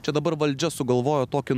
čia dabar valdžia sugalvojo tokį